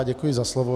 Děkuji za slovo.